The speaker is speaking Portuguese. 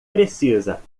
precisa